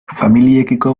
familiekiko